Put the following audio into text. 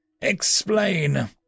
Explain